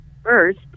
First